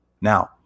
now